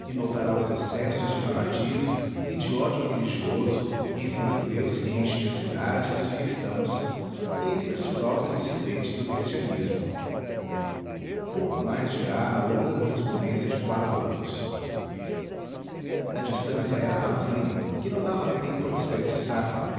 notará os excessos de fanatismo e de ódio religioso entre os judeus que enchem as cidades e os cristãos e entre os próprios dissidentes do cristianismo pouco mais dirá na longa correspondência de quatro anos a distância era tamanha que não dava tempo a desperdiçar